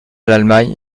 l’allemagne